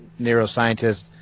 neuroscientists